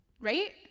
Right